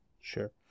Sure